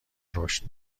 رشد